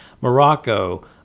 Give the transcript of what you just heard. Morocco